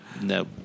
No